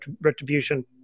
retribution